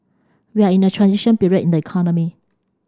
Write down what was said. we are in a transition period in the economy